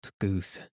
goose